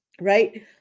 Right